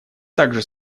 также